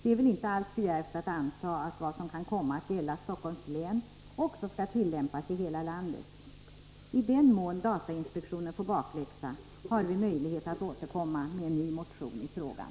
Det är välinte alltför djärvt att anta att vad som kan komma att gälla Stockholms län också skall tillämpas i hela landet. I den mån datainspektionen får bakläxa har vi möjlighet att återkomma med en ny motion i frågan.